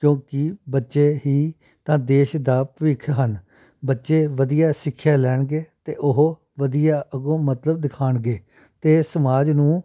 ਕਿਉਂਕਿ ਬੱਚੇ ਹੀ ਤਾਂ ਦੇਸ਼ ਦਾ ਭਵਿੱਖ ਹਨ ਬੱਚੇ ਵਧੀਆ ਸਿੱਖਿਆ ਲੈਣਗੇ ਅਤੇ ਉਹ ਵਧੀਆ ਅੱਗੋਂ ਮਤਲਬ ਦਿਖਾਉਣਗੇ ਅਤੇ ਸਮਾਜ ਨੂੰ